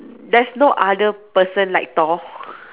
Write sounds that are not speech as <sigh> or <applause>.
there's no other person like Thor <breath>